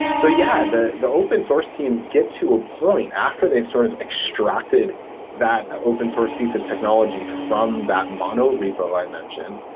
so, yeah, the the open source teams get to a point after they've sort of extracted that open-source piece of technology from that mono repo i mentioned.